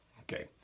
Okay